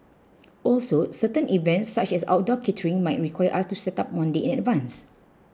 also certain events such as outdoor catering might require us to set up one day in advance